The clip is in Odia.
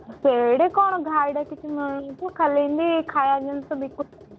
ସେଇଟା କ'ଣ ଘାଇଟା କିଛି ମିଳୁନି ଖାଲି ଏମିତି ଖାଇବା ଜିନିଷ ବିକୁ